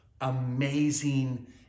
amazing